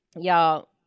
Y'all